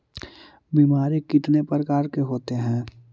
बीमारी कितने प्रकार के होते हैं?